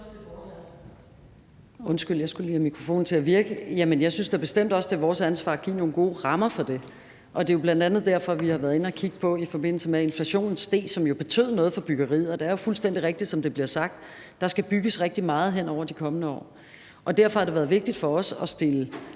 Undskyld, jeg skulle lige have mikrofonen til at virke. Jeg synes da bestemt også, at det er vores ansvar at give nogle gode rammer for det, og det er jo bl.a. derfor, at vi, i forbindelse med at inflationen steg, som jo betød noget for byggeriet, har været inde at kigge på det. Det er fuldstændig rigtigt, som det bliver sagt, at der skal bygges rigtig meget hen over de kommende år, og derfor har det været vigtigt for os at stille